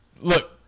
Look